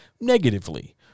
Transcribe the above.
negatively